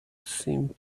seemed